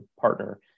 partner